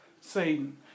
Satan